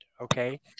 Okay